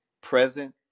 present